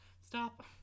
Stop